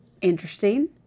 interesting